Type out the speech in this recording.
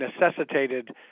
necessitated